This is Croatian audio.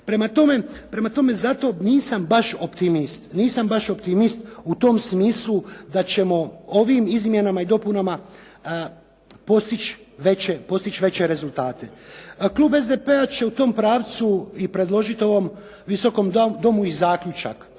baš optimist, nisam baš optimist u tom smislu da ćemo ovim izmjenama i dopunama postići veće rezultate. Klub SDP-a će u tom pravcu i predložiti ovom Visokom domu i zaključak